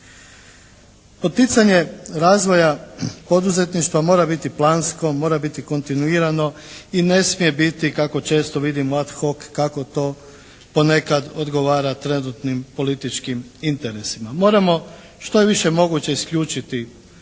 Poticanje razvoja poduzetništva mora biti plansko, mora biti kontinuirano i ne smije biti kako često vidim ad hoc kako to ponekad odgovara trenutnim političkim interesima. Moramo što je više moguće isključiti